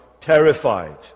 terrified